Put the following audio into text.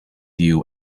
you